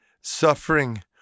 suffering